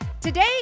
Today